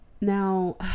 now